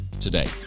today